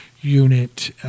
unit